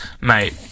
Mate